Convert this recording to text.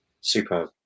Super